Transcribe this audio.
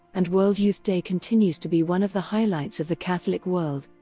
and world youth day continues to be one of the highlights of the catholic world,